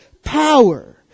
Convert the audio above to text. Power